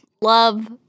love